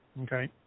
okay